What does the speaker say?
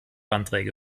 anträge